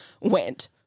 went